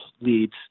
leads